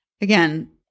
again